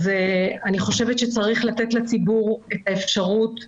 אני חושבת שצריך לתת לציבור את האפשרות לנשמה,